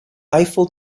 eiffel